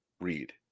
read